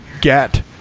get